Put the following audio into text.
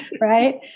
Right